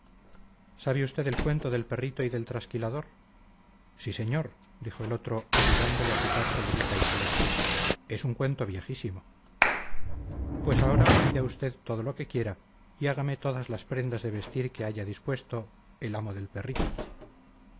sabe usted el cuento del perrito y del trasquilador sí señor dijo el otro ayudándole a quitarse levita y chaleco es un cuento viejísimo pues ahora mida usted todo lo que quiera y hágame todas las prendas de vestir que haya dispuesto el amo del perrito